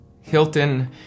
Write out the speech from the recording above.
Hilton